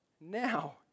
Now